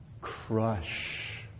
crush